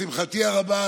לשמחתי הרבה,